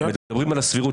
מדברים על הסבירות.